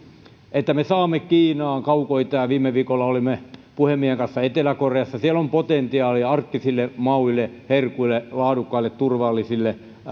että me saamme kiinaan kaukoitään viime viikolla olimme puhemiehen kanssa etelä koreassa siellä on potentiaalia arktisille mauille herkuille laadukkaille turvallisille